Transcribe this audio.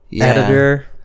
editor